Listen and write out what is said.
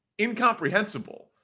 incomprehensible